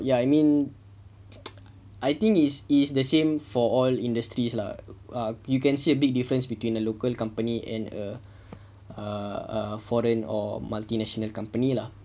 ya I mean I think it's it's the same for all industries lah or you can see a big difference between a local company and err err foreign or multinational company lah